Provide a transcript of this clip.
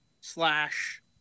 slash